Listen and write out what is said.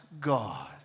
God